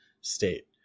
state